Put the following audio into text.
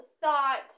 thought